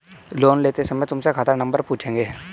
loan लेते समय तुमसे खाता नंबर पूछेंगे